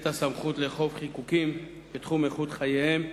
הסמכות לאכוף חיקוקים בתחום איכות חייהם